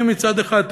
אם מצד אחד,